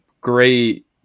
Great